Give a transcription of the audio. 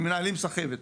שהם מנהלים סחבת,